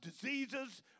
diseases